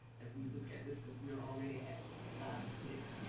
as we look at this, cause we are already at five or six.